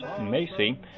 Macy